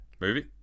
Movie